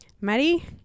Maddie